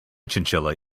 chinchilla